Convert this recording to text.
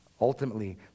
Ultimately